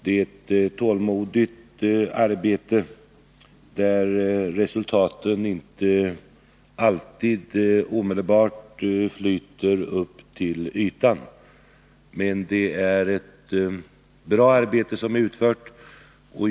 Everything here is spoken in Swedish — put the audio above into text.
Det är ett tålmodigt arbete, vars resultat inte alltid omedelbart flyter upp till ytan, men det är ett bra arbete.